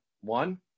One